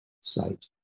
site